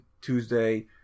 Tuesday